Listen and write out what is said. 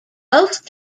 both